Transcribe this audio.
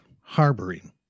harboring